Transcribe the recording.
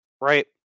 right